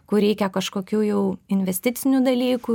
kur reikia kažkokių jau investicinių dalykų